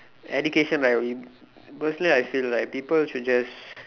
education right we personally I feel right people should just